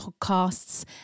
podcasts